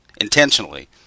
intentionally